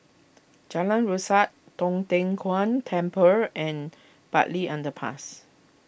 Jalan Resak Tong Tien Kung Temple and Bartley Underpass